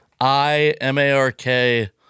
I-M-A-R-K